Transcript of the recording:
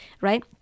right